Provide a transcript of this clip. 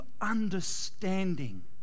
understanding